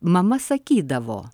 mama sakydavo